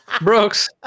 Brooks